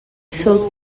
faut